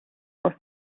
were